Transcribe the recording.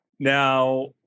Now